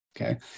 Okay